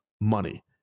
money